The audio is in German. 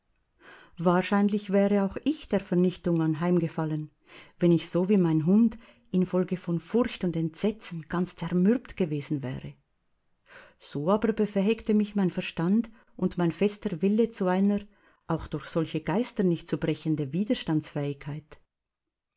wahrscheinlich wäre auch ich der vernichtung anheimgefallen wenn ich so wie mein hund infolge von furcht und entsetzen ganz zermürbt gewesen wäre so aber befähigte mich mein verstand und mein fester wille zu einer auch durch solche geister nicht zu brechenden widerstandsfähigkeit